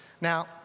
Now